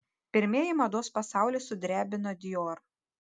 pirmieji mados pasaulį sudrebino dior